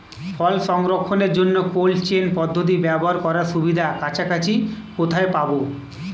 ফল সংরক্ষণের জন্য cold chain পদ্ধতি ব্যবহার করার সুবিধা কাছাকাছি কোথায় পাবো?